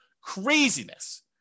Craziness